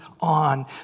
on